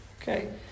Okay